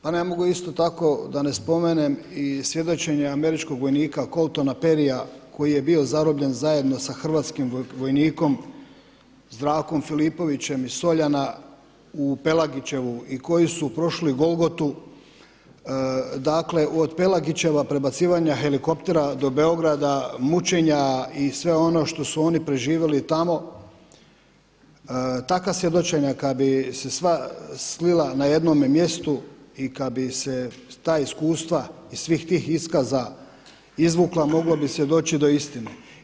Pa ne mogu isto tako da ne spomenem i svjedočenje američkog vojnika Coltona Perryja koji je bio zarobljen zajedno sa hrvatskim vojnikom Zdravkom Filipovićem iz Soljana u Pelagićevu i koji su prošli Golgotu, dakle od Pelagićeva prebacivanja helikoptera do Beograda, mučenja i sve ono što su oni preživjeli tamo, takva svjedočenja kad bi se sva slila na jednome mjestu i kad bi se ta iskustva iz svih tih iskaza izvukla, moglo bi se doći do istine.